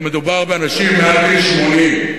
מדובר באנשים מעל גיל 80,